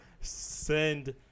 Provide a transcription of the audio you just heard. send